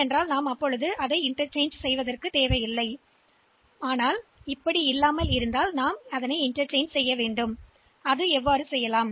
எனவே அவை குறைவாக இருக்கிறதா என்று எங்களுக்குத் தெரியாது அவை சமமாக இருந்தால் பரிமாற்றம் செய்யாதீர்கள் இல்லையெனில் அவற்றை பரிமாறிக்கொள்ளவும்